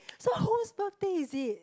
so who's birthday is it